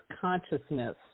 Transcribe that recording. consciousness